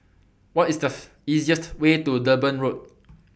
What IS The easiest Way to Durban Road